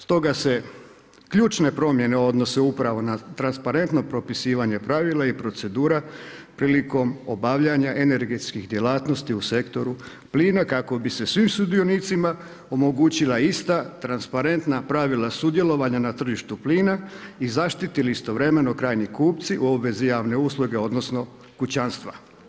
Stoga se ključne promjene odnose upravo na transparentno propisivanje pravila i procedura prilikom obavljanja energetskih djelatnosti u sektoru plina kako bi se svim sudionicima omogućila ista transparentna pravila sudjelovanja na tržištu plina i zaštitili istovremeno krajnji kupci u obvezi javne usluge odnosno kućanstva.